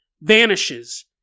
vanishes